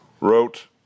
wrote